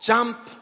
Jump